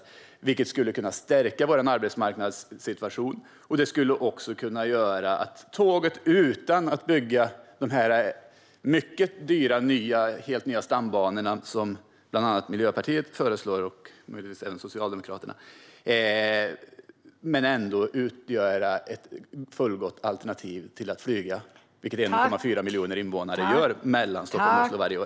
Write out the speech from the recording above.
Detta skulle kunna stärka vår arbetsmarknadssituation, men det skulle också kunna göra att tåget utgör ett fullgott alternativ till att flyga, vilket 1,4 miljoner invånare gör mellan Stockholm och Oslo varje år, utan att man bygger mycket dyra, helt nya stambanor, så som bland andra Miljöpartiet och möjligtvis även Socialdemokraterna föreslår.